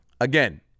Again